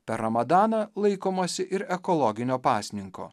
per ramadaną laikomasi ir ekologinio pasninko